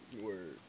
word